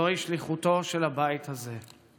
זוהי שליחותו של הבית הזה.